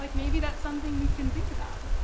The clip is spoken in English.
like maybe that's something we can think about.